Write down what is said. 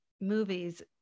movies